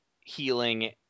healing